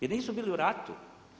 Jer nisu bili u ratu?